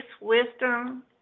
wisdom